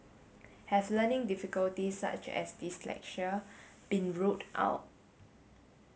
have learning difficulties such as dyslexia been ruled out